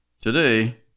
Today